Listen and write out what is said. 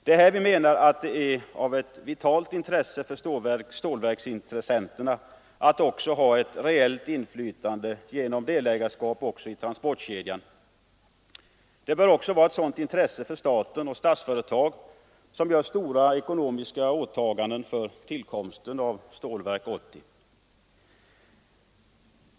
Det är här vi menar att det är av vitalt intresse för stålverksintressenterna att ha ett reellt inflytande genom delägarskap också i transportkedjan. Det bör även vara ett intresse för staten och Statsföretag, som gör stora ekonomiska åtaganden för tillkomsten av Stålverk 80.